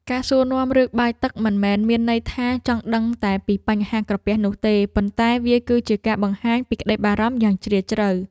ការសួរនាំរឿងបាយទឹកមិនមែនមានន័យថាចង់ដឹងតែពីបញ្ហាក្រពះនោះទេប៉ុន្តែវាគឺជាការបង្ហាញពីក្តីបារម្ភយ៉ាងជ្រាលជ្រៅ។